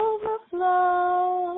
Overflow